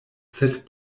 sed